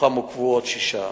ומתוכם עוכבו שישה.